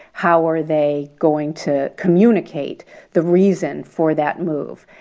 how are they going to communicate the reason for that move?